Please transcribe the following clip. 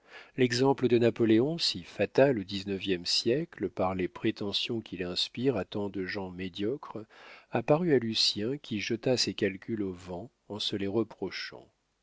l'exemple de napoléon si fatal au dix-neuvième siècle par les prétentions qu'il inspire à tant de gens médiocres apparut à lucien qui jeta ses calculs au vent en se les reprochant